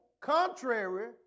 contrary